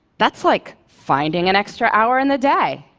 that's like finding an extra hour in the day.